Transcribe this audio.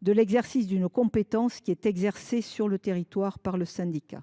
de l’exercice d’une compétence qui est assurée sur le territoire par le syndicat.